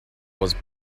was